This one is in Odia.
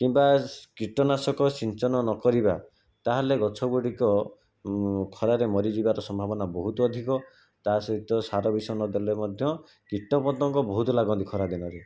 କିମ୍ବା କୀଟନାଶକ ସିଞ୍ଚନ ନ କରିବା ତାହାଲେ ଗଛଗୁଡ଼ିକ ଖରାରେ ମରିଯିବାର ସମ୍ଭାବନା ବହୁତ ଅଧିକ ତା' ସହିତ ସାର ବିଷ ନଦେଲେ ମଧ୍ୟ କୀଟପତଙ୍ଗ ବହୁତ ଲାଗନ୍ତି ଖରାଦିନରେ